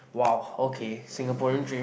!wow! okay Singaporean dream